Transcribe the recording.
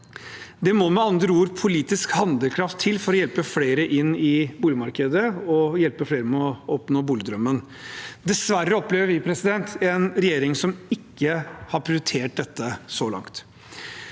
Det må med andre ord politisk handlekraft til for å hjelpe flere inn på boligmarkedet og hjelpe flere med å oppnå boligdrømmen. Dessverre opplever vi en regjering som så langt ikke har prioritert dette.